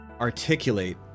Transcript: articulate